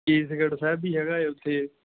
ਕੇਸਗੜ੍ਹ ਸਾਹਿਬ ਵੀ ਹੈਗਾ ਉੱਥੇ